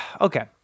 okay